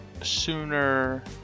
sooner